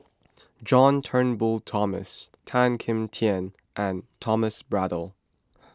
John Turnbull Thomson Tan Kim Tian and Thomas Braddell